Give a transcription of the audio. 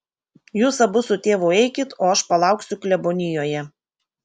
jūs abu su tėvu eikit o aš palauksiu klebonijoje